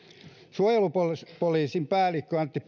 suojelupoliisin päällikkö antti